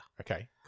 Okay